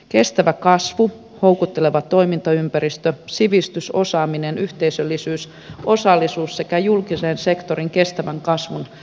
kestävä kasvu houkutteleva toimintaympäristö sivistys osaaminen yhteisöllisyys osallisuus sekä julkinen sektori kestävän kasvun tukena